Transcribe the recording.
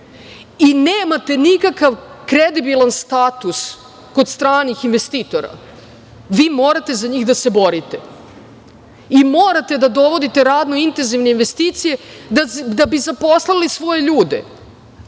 i nemate nikakav kredibilan status kod stranih investitora, vi morate za njih da se borite i morate da dovodite radno-intenzivne investicije da bi zaposlili svoje ljude.